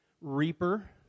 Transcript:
Reaper